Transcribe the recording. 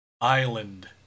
island